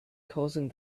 causing